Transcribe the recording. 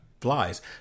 flies